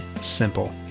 simple